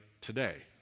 today